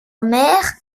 mère